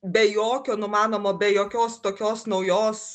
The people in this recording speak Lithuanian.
be jokio numanomo be jokios tokios naujos